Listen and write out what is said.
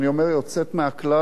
זה הרבה מאוד ריבים,